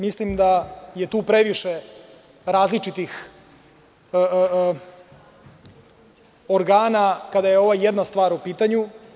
Mislim da je tu previše različitih organa kada je ova jedna stvar u pitanju.